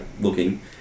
looking